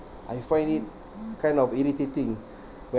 I find it kind of irritating